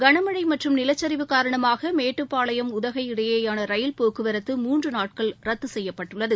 களம்ழ மற்றும் நிலச்சிவு காரணமாக மேட்டுப்பாளையம் உதகை இடையேயான ரயில் போக்குவரத்து மூன்று நாட்கள் ரத்து செய்யப்பட்டுள்ளது